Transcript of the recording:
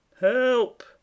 Help